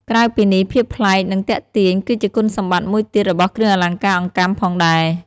ក្រៅពីនេះ ភាពប្លែក និងទាក់ទាញ គឺជាគុណសម្បត្តិមួយទៀតរបស់គ្រឿងអលង្ការអង្កាំផងដែរ។